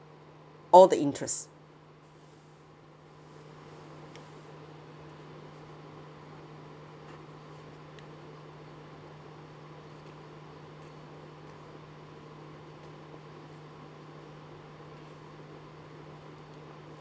all the interest